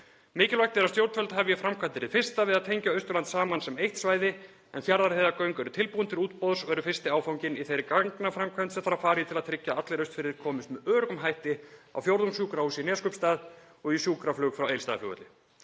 Mikilvægt er að stjórnvöld hefji framkvæmdir hið fyrsta við að tengja Austurland saman sem eitt svæði en Fjarðarheiðargöng eru tilbúin til útboðs og eru fyrsti áfanginn í þeirri gangaframkvæmd sem þarf að fara í til að tryggja að allir Austfirðingar komist með öruggum hætti á Fjórðungssjúkrahús í Neskaupstað og í sjúkraflug frá Egilsstaðaflugvelli.